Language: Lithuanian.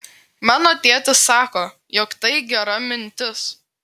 mano tėtis sako jog tai gera mintis